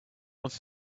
wants